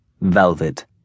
velvet